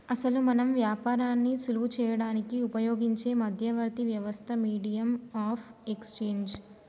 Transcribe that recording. అసలు మనం వ్యాపారాన్ని సులువు చేయడానికి ఉపయోగించే మధ్యవర్తి వ్యవస్థ మీడియం ఆఫ్ ఎక్స్చేంజ్